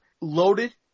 loaded